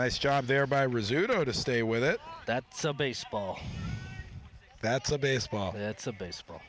nice job there by resume go to stay with it that's a baseball that's a baseball that's a baseball